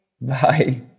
Bye